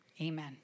Amen